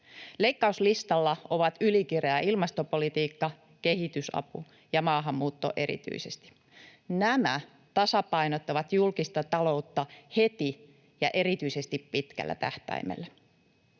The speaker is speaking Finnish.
Leikkauslistalla ovat ylikireä ilmastopolitiikka, kehitysapu ja maahanmuutto erityisesti. Nämä tasapainottavat julkista taloutta heti ja erityisesti pitkällä tähtäimellä.